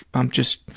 i'm just,